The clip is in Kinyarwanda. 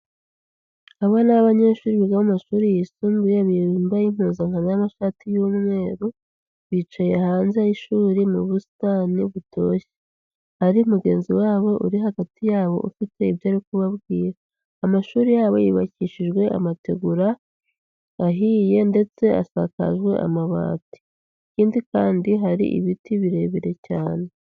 Abana ni abanyeshuri biga mu mashuri yisumbuye, bambaye impuzankano y'amashati y'umweru, bicaye hanze y'ishuri mu busitani butoshye, hari mugenzi wabo uri hagati yabo ufite ibyo ari kubabwira. Amashuri yabo yubakishijwe amategura ahiye, ndetse asakajwe amabati, ikindi kandi hari ibiti birebire cyane.